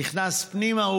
נכנס פנימה,